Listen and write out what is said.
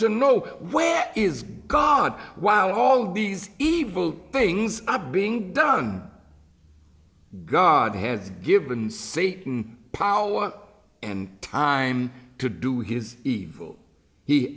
to know where is god while all these evil things of being done god has given say power and time to do his evil he